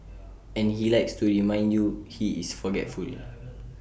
and he likes to remind you he is forgetful